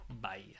Bye